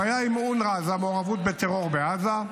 הבעיה עם אונר"א היא המעורבות בטרור בעזה.